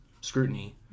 scrutiny